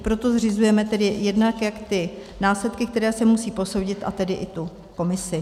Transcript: Proto zřizujeme tedy jednak jak ty následky, které se musí posoudit, a tedy i tu komisi.